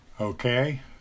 Okay